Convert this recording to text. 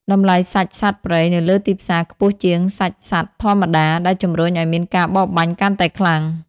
តម្លៃសាច់សត្វព្រៃនៅលើទីផ្សារខ្ពស់ជាងសាច់សត្វធម្មតា ដែលជំរុញឱ្យមានការបរបាញ់កាន់តែខ្លាំង។